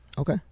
Okay